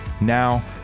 now